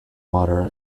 water